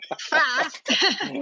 fast